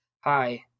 hi